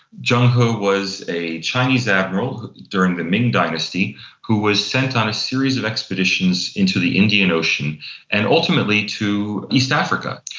zheng he was a chinese admiral during the ming dynasty who was sent on a series of expeditions into the indian ocean and ultimately to east africa,